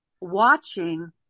watching